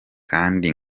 kandi